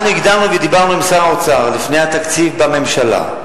אנחנו הקדמנו ודיברנו עם שר האוצר לפני התקציב בממשלה.